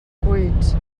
cuits